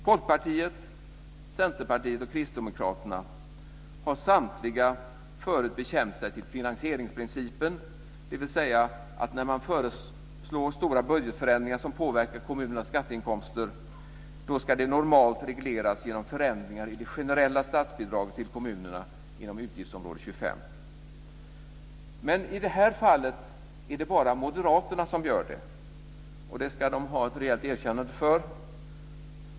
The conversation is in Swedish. Folkpartiet, Centerpartiet och Kristdemokraterna har alla tre förut bekänt sig till finansieringsprincipen - när man föreslår stora budgetförändringar som påverkar kommunernas skatteinkomster ska det normalt regleras genom förändringar i det generella statsbidraget till kommunerna inom utgiftsområde 25. Men i det här fallet är det bara ni moderater som gör det och det ska ni ha ett rejält erkännande för.